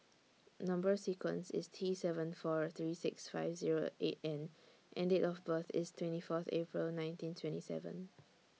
Number sequence IS T seven four three six five Zero eight N and Date of birth IS twenty Fourth April nineteen twenty seven